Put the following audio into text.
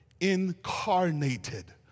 incarnated